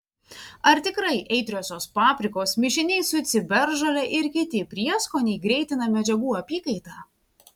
ar tikrai aitriosios paprikos mišiniai su ciberžole ir kiti prieskoniai greitina medžiagų apykaitą